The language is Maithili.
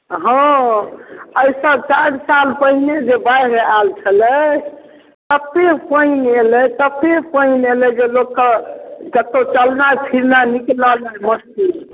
हँ आइसँ चारि साल पहिने जे बाढ़ि आयल छलै ततेक पानि एलै ततेक पानि एलै जे लोकके कतहु चलनाइ फिरनाइ निकलनाइ मुश्किल